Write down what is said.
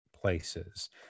places